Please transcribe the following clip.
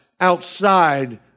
outside